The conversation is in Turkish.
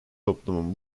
toplumun